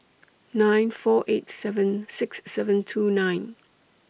nine four eight seven six seven two nine